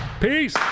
peace